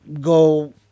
go